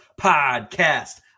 podcast